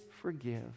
forgive